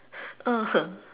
mm